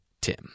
Tim